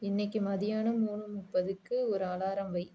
இன்னைக்கு மதியானம் மூணு முப்பதுக்கு ஒரு அலாரம் வை